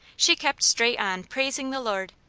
she kept straight on praising the lord,